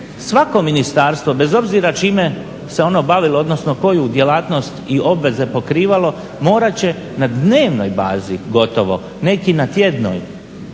Svako ministarstvo, bez obzira čime se ono bavilo odnosno koju djelatnost i obveze pokrivalo, morat će na dnevnoj bazi gotovo, neki na tjednoj,